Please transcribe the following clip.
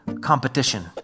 competition